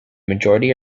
majority